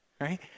Right